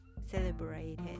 celebrated